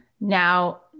Now